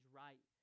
right